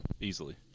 Easily